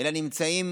אלא שנמצאים